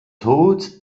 tod